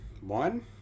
One